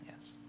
Yes